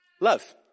Love